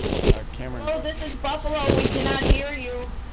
cameron hello, this is buffalo! we cannot hear you!